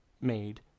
made